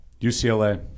UCLA